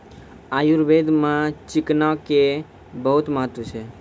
आयुर्वेद मॅ चिकना के बहुत महत्व छै